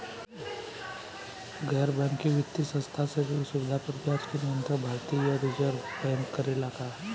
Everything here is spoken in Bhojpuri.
गैर बैंकिंग वित्तीय संस्था से ऋण सुविधा पर ब्याज के नियंत्रण भारती य रिजर्व बैंक करे ला का?